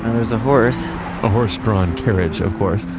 and there's a horse a horse drawn carriage, of course.